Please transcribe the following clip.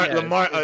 Lamar